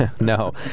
no